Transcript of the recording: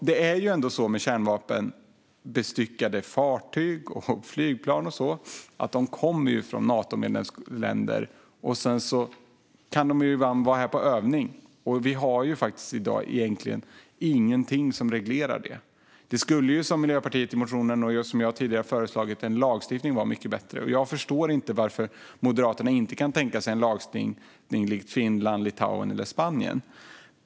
Det är ju så med kärnvapenbestyckade fartyg och flygplan och sådant att de kommer från Natoländer och kan vara här på övning. I dag har vi egentligen ingenting som reglerar det. Där skulle lagstiftning vara mycket bättre, som Miljöpartiet föreslår i motionen och som jag tidigare föreslagit. Jag förstår inte varför Moderaterna inte kan tänka sig liknande lagstiftning som Finland, Litauen eller Spanien.